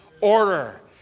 order